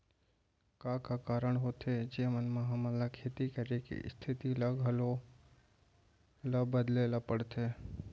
का का कारण होथे जेमन मा हमन ला खेती करे के स्तिथि ला घलो ला बदले ला पड़थे?